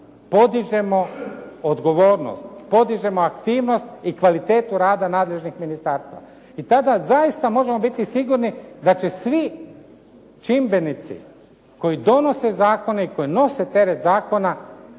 podižemo odgovornost, podižemo aktivnost i kvalitetu rada nadležnih ministarstava. I tada zaista možemo biti sigurni da će svi čimbenici koji donose zakone i koji nose teret zakona,